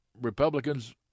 Republicans